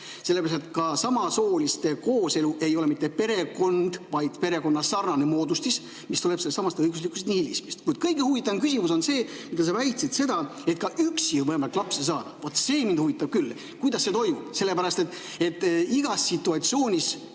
Sellepärast ka samasooliste kooselu ei ole mitte perekond, vaid perekonnasarnane moodustis, mis tuleneb sellestsamast õiguslikust nihilismist. Kuid kõige huvitavam küsimus on see, et sa väitsid, et ka üksi on võimalik lapsi saada. Vot see mind huvitab küll. Kuidas see toimub? Igas situatsioonis,